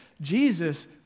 Jesus